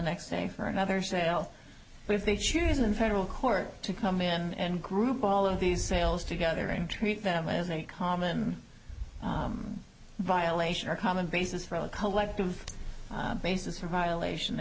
next day for another sale but if they choose in federal court to come in and group all of these sales together and treat them as a common violation our common basis for our collective basis for violation t